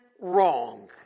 wrong